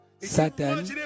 Satan